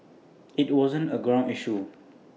IT wasn't A ground issue